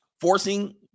Forcing